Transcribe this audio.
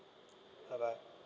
bye bye